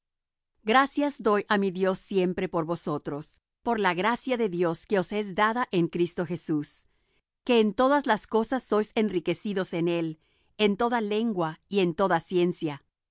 gracias doy á mi dios siempre por vosotros por la gracia de dios que os es dada en cristo jesús que en todas las cosas sois enriquecidos en él en toda lengua y en toda ciencia